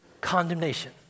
condemnation